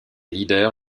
lieder